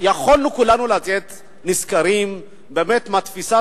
יכולנו כולנו לצאת נשכרים באמת מתפיסת